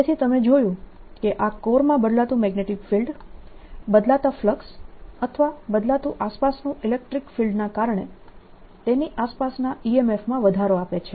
તેથી તમે જોયું કે આ કોર માં બદલાતું મેગ્નેટીક ફિલ્ડ બદલાતા ફ્લક્સ અથવા બદલાતું આસપાસનું ઇલેક્ટ્રીક ફિલ્ડના કારણે તેની આસપાસના EMF માં વધારો આપે છે